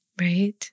right